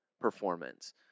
performance